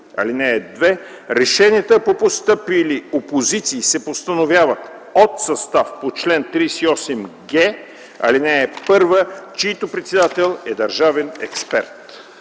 (2) Решенията по постъпили опозиции се постановяват от състав по чл. 38г, ал. 1, чийто председател е държавен експерт.”